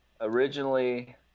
Originally